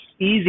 easy